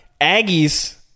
Aggies